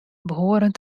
behoren